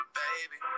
baby